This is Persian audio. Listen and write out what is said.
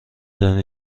دانی